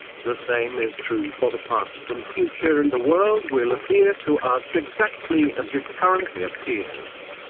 the same is true for the past and future and the world will appear to us exactly as it currently appears.